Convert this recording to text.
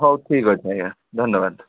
ହଉ ଠିକ୍ ଅଛି ଆଜ୍ଞା ଧନ୍ୟବାଦ